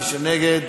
מי שנגד,